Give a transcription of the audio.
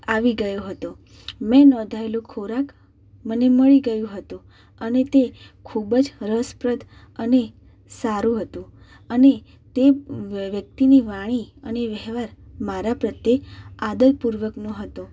આવી ગયો હતો મેં નોંધાયેલું ખોરાક મને મળી ગયું હતું અને તે ખૂબ જ રસપ્રદ અને સારું હતું અને તે વ વ્યક્તિની વાણી અને વ્યવહાર મારા પ્રત્યે આદરપૂર્વકનો હતો